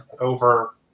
over